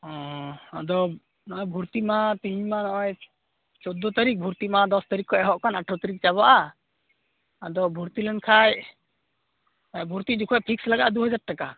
ᱚᱸᱻ ᱟᱫᱚ ᱱᱚᱜᱼᱚᱸᱭ ᱵᱷᱚᱨᱛᱤᱜ ᱢᱟ ᱛᱮᱦᱮᱧ ᱢᱟ ᱱᱚᱜᱼᱚᱸᱭ ᱪᱳᱫᱽᱫᱚ ᱛᱟᱹᱨᱤᱠᱷ ᱵᱷᱚᱨᱛᱤᱜ ᱢᱟ ᱫᱚᱥ ᱛᱟᱹᱨᱤᱠᱷ ᱠᱷᱚᱡ ᱮᱦᱚᱵ ᱟᱠᱟᱱ ᱟᱴᱷᱟᱨᱚ ᱛᱟᱹᱨᱤᱠᱷ ᱪᱟᱵᱟᱜᱼᱟ ᱟᱫᱚ ᱵᱷᱚᱨᱛᱤ ᱞᱮᱱᱠᱷᱟᱡ ᱵᱷᱚᱨᱛᱤᱜ ᱡᱚᱠᱷᱚᱡ ᱯᱷᱤᱥ ᱞᱟᱜᱟᱜᱼᱟ ᱫᱩ ᱦᱟᱡᱟᱨ ᱴᱟᱠᱟ